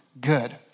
good